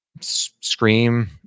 scream